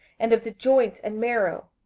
and of the joints and marrow,